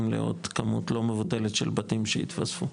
לעוד כמות לא מבוטלת של בתים שהתווספו.